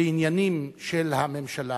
בעניינים של הממשלה,